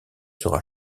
sera